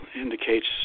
indicates